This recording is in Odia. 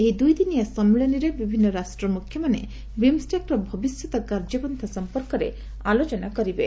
ଏହି ଦୁଇଦିନିଆ ସମ୍ମିଳନୀରେ ବିଭିନ୍ନ ରାଷ୍ଟ୍ରମୁଖ୍ୟମାନେ ବିମ୍ସ ଟେକ୍ର ଭବିଷ୍ୟତ କାର୍ଯ୍ୟପନ୍ତା ସମ୍ପର୍କରେ ଆଲୋଚନା କରିବେ